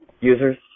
Users